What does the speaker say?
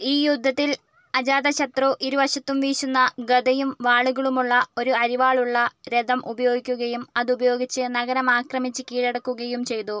ഈ യുദ്ധത്തിൽ അജാതശത്രു ഇരുവശത്തും വീശുന്ന ഗദയും വാളുകളുമുള്ള ഒരു അരിവാളുള്ള രഥം ഉപയോഗിക്കുകയും അതുപയോഗിച്ച് നഗരം ആക്രമിച്ച് കീഴടക്കുകയും ചെയ്തു